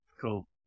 Cool